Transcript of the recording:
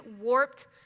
warped